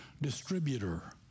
distributor